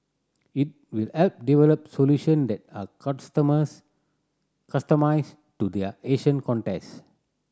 it will help develop solution that are customised to there Asian context